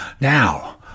Now